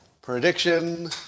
Prediction